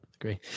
agree